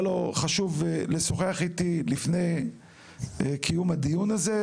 לו חשוב לשוחח איתי לפני קיום הדיון הזה.